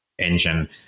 engine